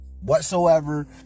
whatsoever